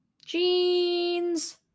jeans